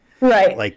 Right